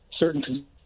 certain